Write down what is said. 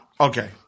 Okay